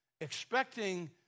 expecting